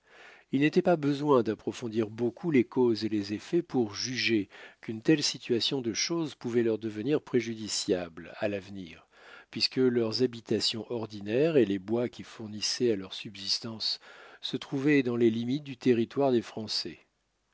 il n'était pas besoin d'approfondir beaucoup les causes et les effets pour juger qu'une telle situation de choses pouvait leur devenir préjudiciable à l'avenir puisque leurs habitations ordinaires et les bois qui fournissaient à leur subsistance se trouvaient dans les limites du territoire des français